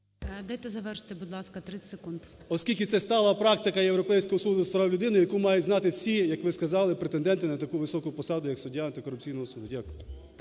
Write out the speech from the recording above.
Дайте завершити, будь ласка, 30 секунд. КНЯЗЕВИЧ Р.П. …оскільки це стала практика Європейського суду з прав людини, яку мають знати всі, як ви сказали, претенденти на таку високу посаду як суддя антикорупційного суду. Дякую.